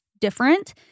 different